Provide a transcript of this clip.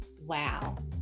Wow